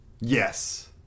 Yes